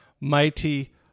mighty